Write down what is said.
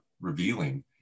revealing